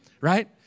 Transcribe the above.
right